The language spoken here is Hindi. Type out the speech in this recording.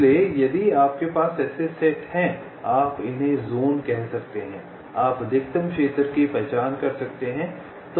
इसलिए यदि आपके पास ऐसे सेट हैं आप इन्हे ज़ोन कह सकते हैं आप अधिकतम क्षेत्र की पहचान कर सकते हैं